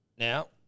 Now